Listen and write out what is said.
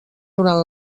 durant